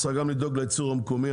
צריך לדאוג גם לייצור המקומי,